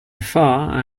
far